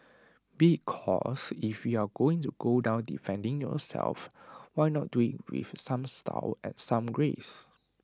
because if you are going to go down defending yourself why not do IT with some style and some grace